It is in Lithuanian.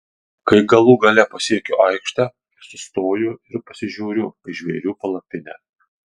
kai galų gale pasiekiu aikštę sustoju ir pasižiūriu į žvėrių palapinę